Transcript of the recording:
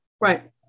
Right